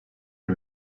est